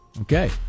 Okay